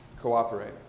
cooperate